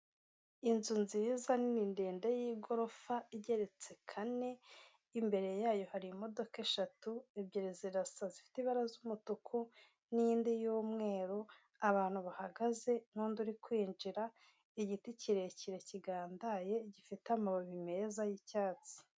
Inzu nziza, nini, ndende, y'igorofa, igeretse kane, imbere yayo hari imodoka eshatu; ebyiri zirasa zifite ibara z'umutuku, n'indi y'umweru, abantu bahagaze n'undi uri kwinjira, igiti kirekire kigandaye, gifite amababi meza y'icyatsi.